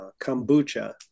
kombucha